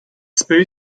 spoof